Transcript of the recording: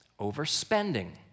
overspending